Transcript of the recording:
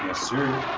sir.